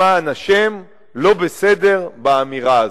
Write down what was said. למען השם, לא בסדר באמירה הזאת?